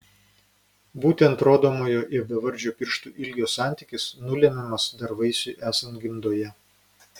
būtent rodomojo ir bevardžio pirštų ilgio santykis nulemiamas dar vaisiui esant gimdoje